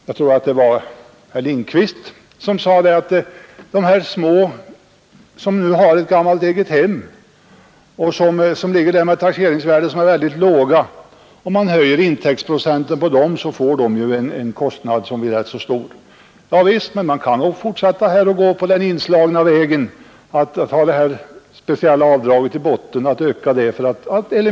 Jag tror det var herr Lindkvist som sade att om man höjer intäktsprocenten för dessa små inkomsttagare som har ett gammalt egnahem med lågt taxeringsvärde så får de vidkännas en ganska stor kostnad. Ja visst, men man kan fortsätta på den inslagna vägen med det speciella avdraget i botten.